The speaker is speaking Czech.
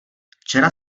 včera